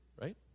right